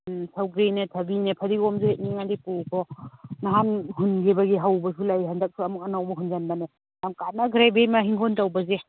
ꯎꯝ ꯁꯧꯒ꯭ꯔꯤꯅꯦ ꯊꯕꯤꯅꯦ ꯐꯗꯤꯒꯣꯝꯁꯨ ꯍꯦꯛꯅꯤꯡꯉꯗꯤ ꯄꯨꯈꯣ ꯅꯍꯥꯟ ꯍꯨꯟꯈꯤꯕꯒꯤ ꯍꯧꯕꯁꯨ ꯂꯩ ꯍꯟꯗꯛꯁꯨ ꯑꯃꯨꯛ ꯑꯅꯧꯕ ꯍꯨꯟꯖꯤꯟꯕꯅꯦ ꯀꯥꯟꯅꯈ꯭ꯔꯦ ꯏꯕꯦꯝꯃ ꯍꯤꯡꯒꯣꯟ ꯇꯧꯕꯁꯦ